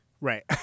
Right